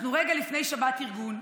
אנחנו רגע לפני שבת ארגון,